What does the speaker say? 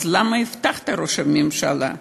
אז למה הבטחת, ראש הממשלה?